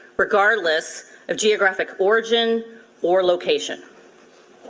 regardless of geographic origin or location.